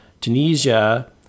Tunisia